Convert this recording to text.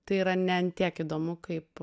tai yra ne ant tiek įdomu kaip